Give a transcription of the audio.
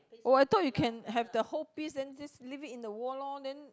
oh I thought you can have the whole piece then just leave it in the wall lor then